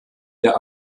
der